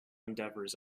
endeavors